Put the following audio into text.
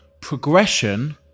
progression